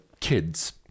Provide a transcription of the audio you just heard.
kids